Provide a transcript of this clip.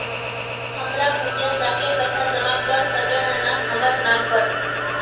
हमर भैया जाके पैसा जमा कर सके है न हमर नाम पर?